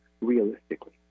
realistically